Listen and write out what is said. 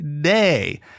day